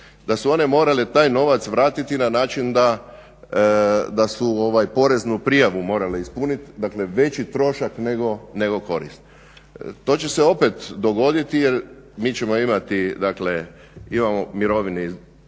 da su one morale taj novac vratiti na način da su poreznu prijavu morale ispuniti. Dakle, veći trošak nego korist. To će se opet dogoditi jer mi ćemo imati dakle imamo mirovine iz trećeg